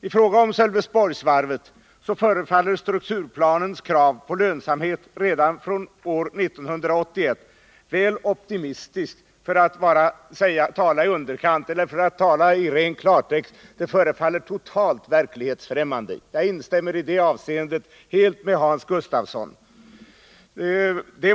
I fråga om Sölvesborgsvarvet förefaller strukturplanens krav på lönsamhet redan från 1981 väl optimistiskt, för att formulera det försiktigt. Eller, för att tala i klartext: Det förefaller totalt verklighetsfrämmande. Jag instämmer i det avseendet helt med Hans Gustafsson.